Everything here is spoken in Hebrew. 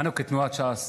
אנו כתנועת ש"ס